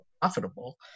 profitable